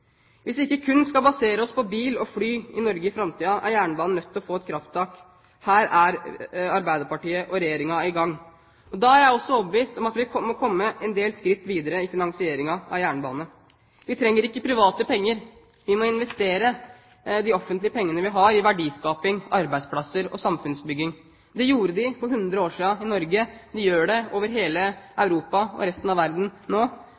Hvis vi ikke kun skal basere oss på bil og fly i Norge i framtiden, er jernbanen nødt til å få et krafttak. Her er Arbeiderpartiet og Regjeringen i gang. Da er jeg også overbevist om at vi må komme en del skritt videre i finansieringen av jernbane. Vi trenger ikke private penger. Vi må investere de offentlige pengene vi har, i verdiskaping, arbeidsplasser og samfunnsbygging. Det gjorde vi for 100 år siden i Norge. Man gjør det over hele Europa og i resten av verden nå.